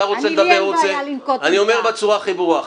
אני אומר בצורה הכי ברורה,